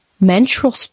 menstrual